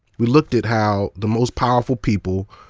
we looked at how the most powerful people,